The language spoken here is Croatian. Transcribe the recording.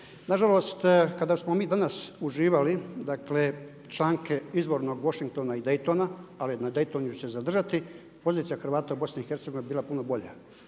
Nažalost, kada smo mi danas uživali dakle članke izvornog Washingtona i Daytona, ali na Daytonu ću se zadržati, pozicija Hrvata u BiH je bila puno bolja.